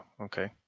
Okay